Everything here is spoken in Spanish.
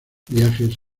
viajes